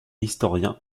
historien